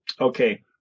okay